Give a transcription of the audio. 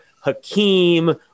Hakeem